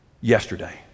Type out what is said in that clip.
yesterday